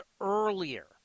earlier